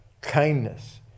kindness